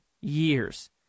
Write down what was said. years